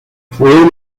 fue